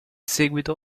seguito